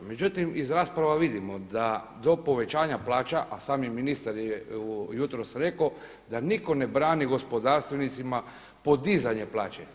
Međutim iz rasprava vidimo da do povećanja plaća, a sami ministar je jutros rekao da nitko ne brani gospodarstvenicima podizanje plaće.